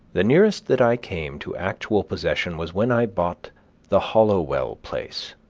the nearest that i came to actual possession was when i bought the hollowell place,